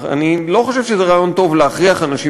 אני לא חושב שזה רעיון טוב להכריח אנשים